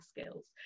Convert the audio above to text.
skills